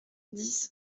dix